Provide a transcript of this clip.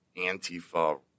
Antifa